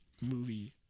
movie